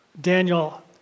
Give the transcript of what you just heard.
Daniel